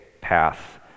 path